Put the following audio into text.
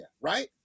right